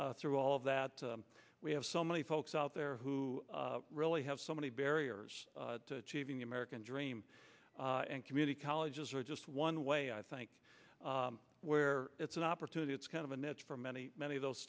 through all of that we have so many folks out there who really have so many barriers to achieving the american dream and community colleges are just one way i think where it's an opportunity it's kind of a niche for many many of those